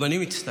גם אני מצטער.